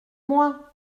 moi